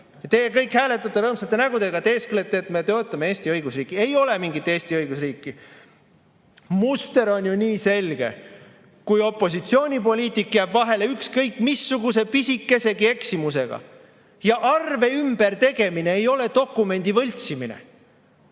Teie kõik hääletate rõõmsate nägudega, teesklete, et me toetame Eesti õigusriiki. Ei ole mingit Eesti õigusriiki. Muster on ju nii selge. Kui opositsioonipoliitik jääb vahele ükskõik missuguse pisikesegi eksimusega … Ja arve ümbertegemine ei ole dokumendi võltsimine.